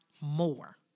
more